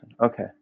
Okay